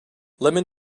lemon